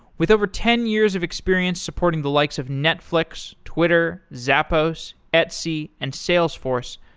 with over ten years of experience supporting the likes of netflix, twitter, zappos, etsy, and salesforce,